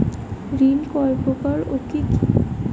ঋণ কয় প্রকার ও কি কি?